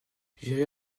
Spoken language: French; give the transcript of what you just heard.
j’irai